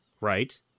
Right